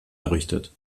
errichtet